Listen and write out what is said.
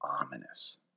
ominous